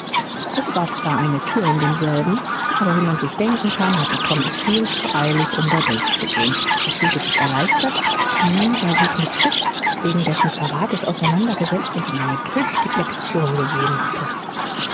es war zwar eine tür in demselben aber wie man sich denken kann hatte tom es viel zu eilig um da durchzugehen er fühlte sich erleichtert nun er sich mit sid wegen dessen verrates auseinandergesetzt und ihm eine tüchtige lektion gegeben hatte